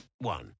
one